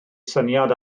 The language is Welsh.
syniad